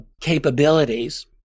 capabilities